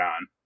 on